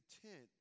content